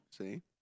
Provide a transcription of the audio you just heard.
See